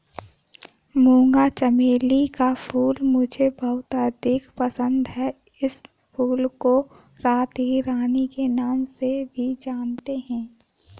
मूंगा चमेली का फूल मुझे बहुत अधिक पसंद है इस फूल को रात की रानी के नाम से भी जानते हैं